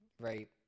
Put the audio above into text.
right